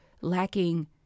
lacking